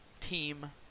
team